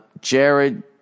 Jared